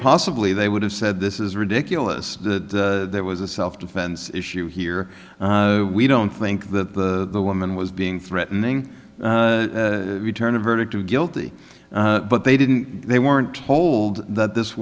possibly they would have said this is ridiculous that there was a self defense issue here we don't think that the woman was being threatening to turn a verdict of guilty but they didn't they weren't told that this